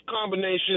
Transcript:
combination